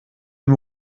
dem